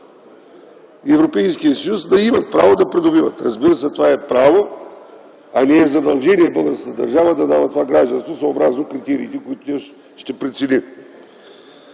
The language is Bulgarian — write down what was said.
Европейския съюз да имат право да придобиват? Разбира се, това е право, а не е задължение българската държава да дава това гражданство, съобразно критериите, които ще прецени.